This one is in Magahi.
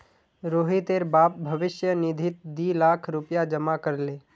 रोहितेर बाप भविष्य निधित दी लाख रुपया जमा कर ले